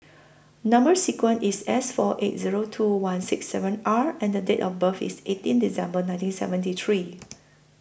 Number sequence IS S four eight Zero two one six seven R and Date of birth IS eighteen December nineteen seventy three